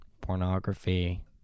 pornography